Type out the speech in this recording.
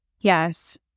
Yes